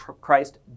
Christ